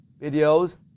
videos